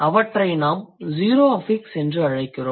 அவற்றை நாம் zero affix என்று அழைக்கிறோம்